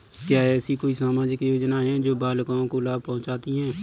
क्या ऐसी कोई सामाजिक योजनाएँ हैं जो बालिकाओं को लाभ पहुँचाती हैं?